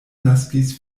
naskis